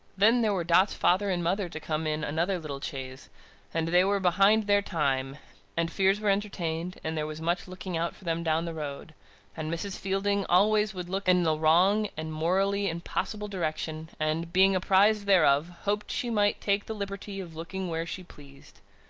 then, there were dot's father and mother to come in another little chaise and they were behind their time and fears were entertained and there was much looking out for them down the road and mrs. fielding always would look in the wrong and morally impossible direction and, being apprised thereof, hoped she might take the liberty of looking where she pleased.